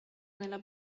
nella